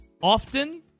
often